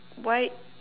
white